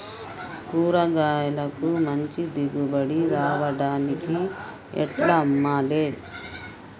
కూరగాయలకు మంచి దిగుబడి రావడానికి ఎట్ల అమ్మాలే?